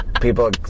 People